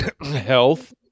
health